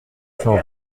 cent